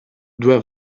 due